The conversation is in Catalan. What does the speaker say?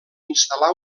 instal·là